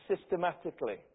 systematically